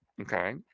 Okay